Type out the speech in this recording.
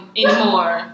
anymore